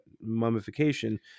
mummification